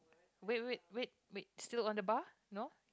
wait wait wait wait still on the bar no